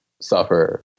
suffer